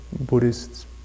Buddhists